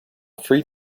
free